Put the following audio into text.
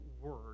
word